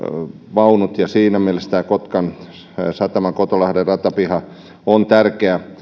vaunut siinä mielessä tämä kotkan kotolahden ratapiha on tärkeä